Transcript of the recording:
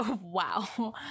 Wow